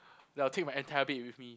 then I'll take my entire bed with me